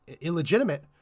illegitimate